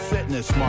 Fitness